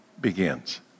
begins